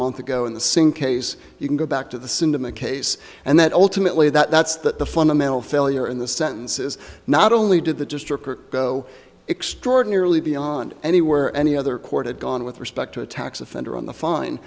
month ago in the sink case you can go back to the cinema case and that ultimately that's that the fundamental failure in the sentence is not only did that just go extraordinarily beyond anywhere any other court had gone with respect to attacks offender on the fine